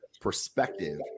perspective